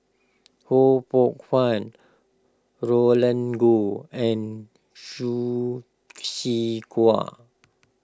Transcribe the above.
Ho Poh Fun Roland Goh and Hsu Tse Kwang